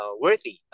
worthy